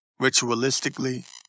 ritualistically